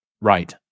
right